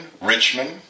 Richmond